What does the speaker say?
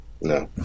No